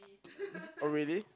oh really